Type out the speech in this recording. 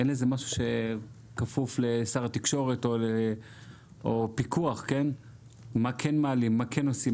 אין משהו שכפוף לשר התקשורת או שיהיה פיקוח מה כן מעלים ומה כן עושים.